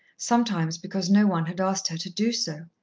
sometimes because no one had asked her to do so.